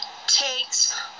takes